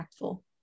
impactful